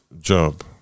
job